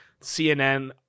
CNN